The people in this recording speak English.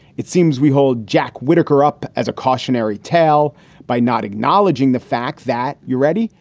it seems we hold jack whittaker up as a cautionary tale by not acknowledging the fact that you're ready.